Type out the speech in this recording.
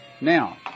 Now